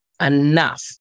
enough